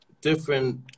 different